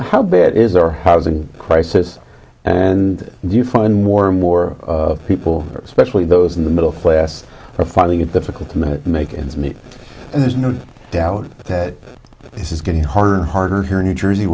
how bad is our housing crisis and do you find more and more people especially those in the middle class are finding it difficult to make ends meet and there's no doubt that this is getting harder and harder here in new jersey